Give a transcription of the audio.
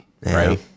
right